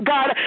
God